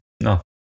No